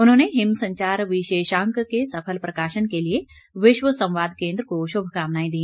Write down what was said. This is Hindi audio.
उन्होंने हिम संचार विशेषांक के सफल प्रकाशन के लिए विश्व संवाद केन्द्र को शुभकामनाएं दी